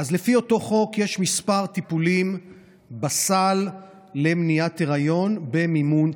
אז לפי אותו חוק יש כמה טיפולים בסל למניעת היריון במימון ציבורי,